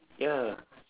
ya